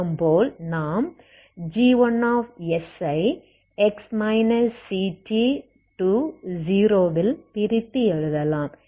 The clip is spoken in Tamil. வழக்கம் போல் நாம் g1 ஐ x ct 0 ல் பிரித்து எழுதலாம்